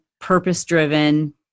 purpose-driven